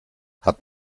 hat